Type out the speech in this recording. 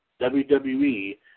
WWE